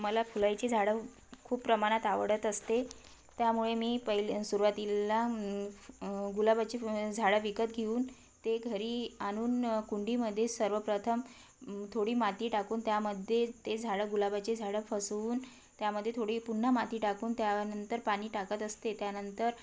मला फुलायची झाडं खूप प्रमाणात आवडत असते त्यामुळे मी पहिले सुरुवातीला गुलाबाची फु झाडं विकत घेऊन ते घरी आणून कुंडीमध्ये सर्वप्रथम थोडी माती टाकून त्यामध्ये ते झाडं गुलाबाचे झाडं फसवून त्यामध्ये थोडी पुन्हा माती टाकून त्यानंतर पाणी टाकत असते त्यानंतर